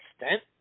extent